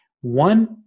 one